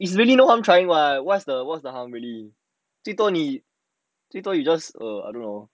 it's really no harm trying what what's the what's the harm really 最多你 you just err I don't know